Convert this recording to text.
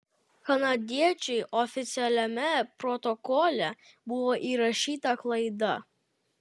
kanadiečiui oficialiame protokole buvo įrašyta klaida